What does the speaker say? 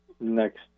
next